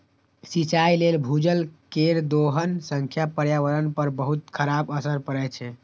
सिंचाइ लेल भूजल केर दोहन सं पर्यावरण पर बहुत खराब असर पड़ै छै